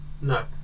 No